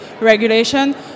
regulation